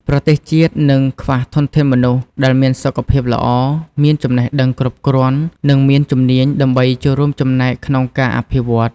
ប្រទេសជាតិនឹងខ្វះធនធានមនុស្សដែលមានសុខភាពល្អ មានចំណេះដឹងគ្រប់គ្រាន់ និងមានជំនាញដើម្បីចូលរួមចំណែកក្នុងការអភិវឌ្ឍ។